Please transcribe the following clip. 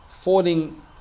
falling